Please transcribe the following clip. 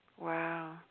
Wow